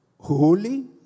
Holy